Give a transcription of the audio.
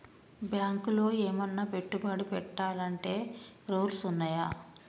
బ్యాంకులో ఏమన్నా పెట్టుబడి పెట్టాలంటే రూల్స్ ఉన్నయా?